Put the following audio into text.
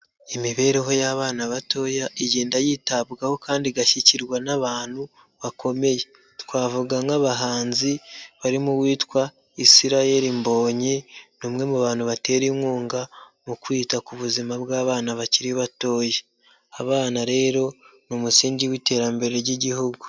Imibereho y'abana batoya igenda yitabwaho kandi igashyigikirwa n'abantu bakomeye, twavuga nk'abahanzi barimo uwitwa Israel MBONYE, ni umwe mu bantu batera inkunga mu kwita ku buzima bw'abana bakiri batoya. Abana rero ni umusingi w'iterambere ry'igihugu.